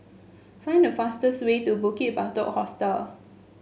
find the fastest way to Bukit Batok Hostel